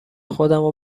خودمو